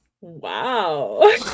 Wow